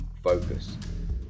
focus